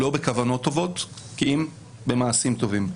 לא בכוונות טובות, כי אם במעשים טובים.